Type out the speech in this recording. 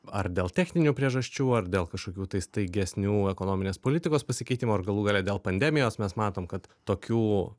ar dėl techninių priežasčių ar dėl kažkokių tai staigesnių ekonominės politikos pasikeitimo ar galų gale dėl pandemijos mes matom kad tokių